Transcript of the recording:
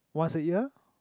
once a year